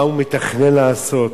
מה הם מתכננים לעשות.